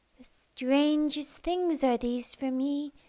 the strangest things are these for me,